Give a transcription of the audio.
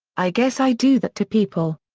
i guess i do that to people.